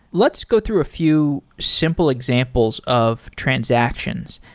let's go through a few simple examples of transactions.